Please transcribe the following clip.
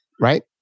right